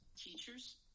teachers